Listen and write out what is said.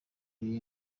y’iyi